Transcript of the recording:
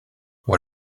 what